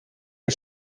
ein